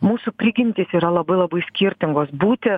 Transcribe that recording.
mūsų prigimtys yra labai labai skirtingos būti